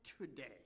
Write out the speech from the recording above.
today